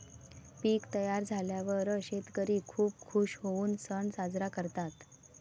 पीक तयार झाल्यावर शेतकरी खूप खूश होऊन सण साजरा करतात